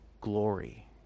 glory